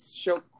show